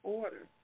order